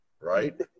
right